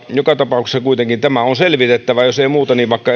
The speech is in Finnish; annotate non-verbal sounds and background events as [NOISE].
joka tapauksessa kuitenkin tämä on selvitettävä jos ei muuten niin vaikka [UNINTELLIGIBLE]